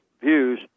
views